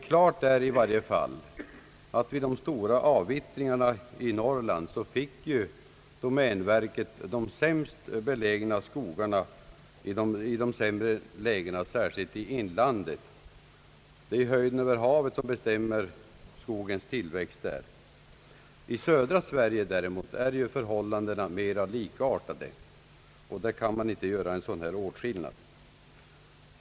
Klart är i varje fall att vid de stora avvittringarna i Norrland fick domänverket de sämst belägna skogarna, framför allt skogar i inlandet. Det är höjden över havet som bestämmer skogens tillväxt där. I södra Sverige däremot är förhållandena mera likartade, och där kan man inte göra en sådan här åtskillnad.